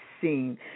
seen